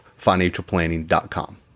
FinancialPlanning.com